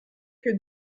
que